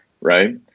right